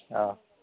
औ